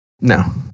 No